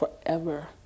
Forever